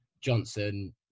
Johnson